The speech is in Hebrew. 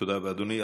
תודה רבה, אדוני.